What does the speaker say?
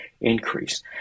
increase